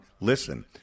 Listen